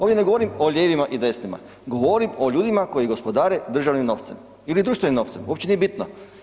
Ovdje ne govorim o lijevima i desnima, govorim o ljudima koji gospodare državnim novcem ili društvenim novcem, uopćenije bitno.